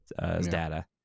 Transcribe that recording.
data